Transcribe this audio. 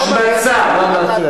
השמצה.